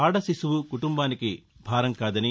ఆద శిశువు కుటుంబానికి భారం కాదని